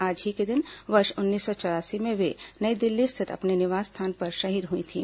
आज ही के दिन वर्ष उन्नीस सौ चौरासी में वे नई दिल्ली स्थित अपने निवास स्थान पर शहीद हुई थीं